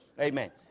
Amen